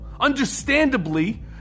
understandably